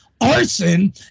arson